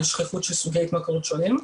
על שכיחות של סוגי התמכרות שונים.